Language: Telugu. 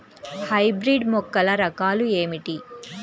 హైబ్రిడ్ మొక్కల రకాలు ఏమిటీ?